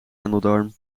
endeldarm